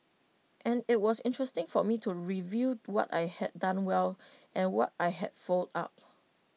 and IT was interesting for me to review what I had done well and what I had fouled up